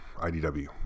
IDW